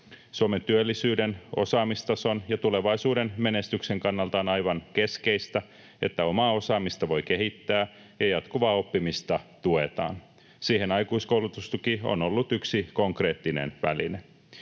Suomen työllisyyden, osaamistason ja tulevaisuuden menestyksen kannalta on aivan keskeistä, että omaa osaamista voi kehittää ja jatkuvaa oppimista tuetaan. Siihen aikuiskoulutustuki on ollut yksi konkreettinen väline.